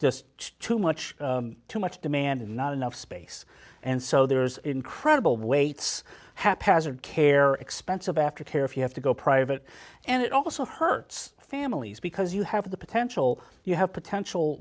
just too much too much demand and not enough space and so there's incredible waits haphazard care or expensive aftercare if you have to go private and it also hurts families because you have the potential you have potential